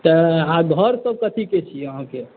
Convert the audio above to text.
तऽ घर सभ कथीके छी अहाँके